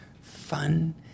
fun